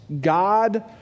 God